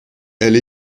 elle